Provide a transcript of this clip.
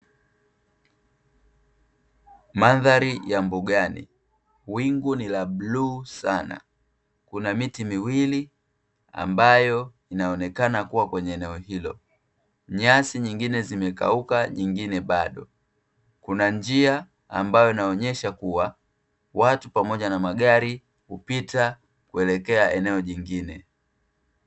Mandhari ya mbugani; wingu ni la bluu Sana. Kuna miti miwili ambayo inaonekana kuwa kwenye eneo hilo, nyasi nyingine zimekauka nyingine bado. Kuna njia ambayo huonyesha kuwa watu na magari, hupita kuelekea eneo jingine.